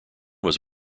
was